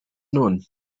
known